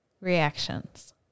reactions